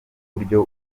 buryo